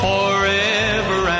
Forever